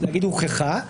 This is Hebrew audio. נגיד הוכחה.